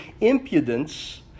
impudence